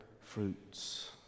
fruits